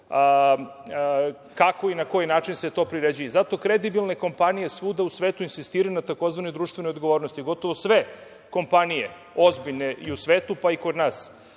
kako i na koji način se to priređuje. Zato kredibilne kompanije svuda u svetu insistiraju na tzv. društvenoj odgovornosti. Gotovo sve kompanije, ozbiljne i u svetu, pa i kod nas,